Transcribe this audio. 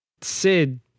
Sid